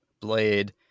Blade